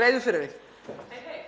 greiðum fyrir þeim.